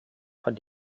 von